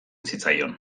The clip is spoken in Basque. zitzaion